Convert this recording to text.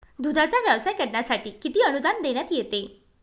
दूधाचा व्यवसाय करण्यासाठी किती अनुदान देण्यात येते?